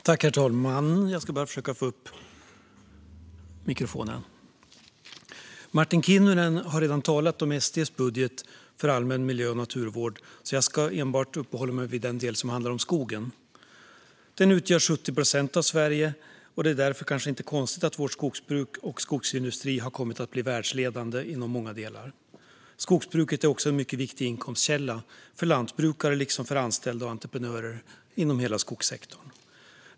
Herr talman! Martin Kinnunen har redan talat om SD:s budget för allmän miljö och naturvård, så jag ska enbart uppehålla mig vid den del som handlar om skogen. Skogen utgör 70 procent av Sverige, och därför är det kanske inte konstigt att vårt skogsbruk och vår skogsindustri har kommit att bli världsledande inom många delar. Skogsbruket är också en mycket viktig inkomstkälla för lantbrukare liksom för anställda och entreprenörer inom hela skogssektorn.